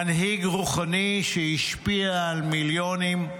מנהיג רוחני שהשפיע על מיליונים,